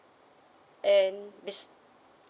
and